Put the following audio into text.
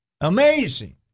Amazing